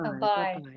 Bye